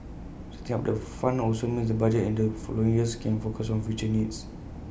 setting up the fund also means the budgets in the following years can focus on future needs